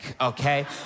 okay